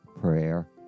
prayer